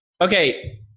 Okay